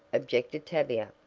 objected tavia,